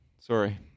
Sorry